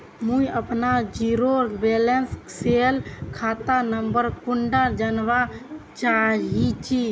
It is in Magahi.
मुई अपना जीरो बैलेंस सेल खाता नंबर कुंडा जानवा चाहची?